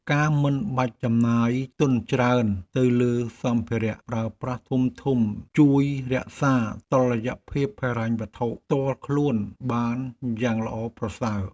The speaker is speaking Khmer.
ការមិនបាច់ចំណាយទុនច្រើនទៅលើសម្ភារៈប្រើប្រាស់ធំៗជួយរក្សាតុល្យភាពហិរញ្ញវត្ថុផ្ទាល់ខ្លួនបានយ៉ាងល្អប្រសើរ។